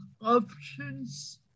options